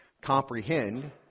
comprehend